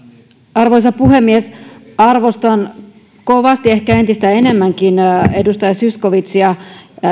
arvoisa puhemies arvostan kovasti ehkä entistä enemmänkin edustaja zyskowiczia